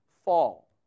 Fall